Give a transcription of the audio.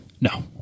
No